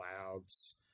clouds